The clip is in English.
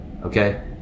Okay